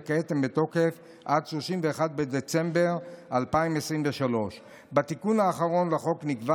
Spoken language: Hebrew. וכעת הן בתוקף עד 31 בדצמבר 2023. בתיקון האחרון לחוק נקבע